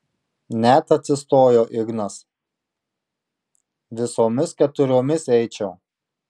net atsistojo ignas visomis keturiomis eičiau